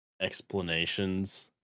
explanations